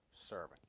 servant